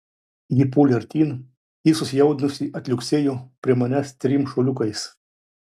ji puolė artyn ir susijaudinusi atliuoksėjo prie manęs trim šuoliukais